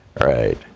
Right